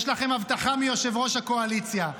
יש לכם הבטחה מיושב-ראש הקואליציה.